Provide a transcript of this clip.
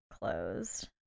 closed